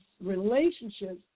relationships